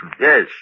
Yes